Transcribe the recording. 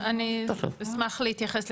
אני אשמח להתייחס.